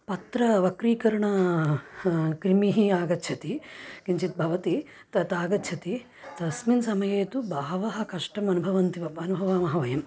पत्रवक्रीकरण क्रिमिः आगच्छति किञ्चित् भवति तत् आगच्छति तस्मिन् समये तु बहवः कष्टम् अनुभवन्ति अनुभवामः वयं